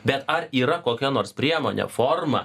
bet ar yra kokia nors priemonė forma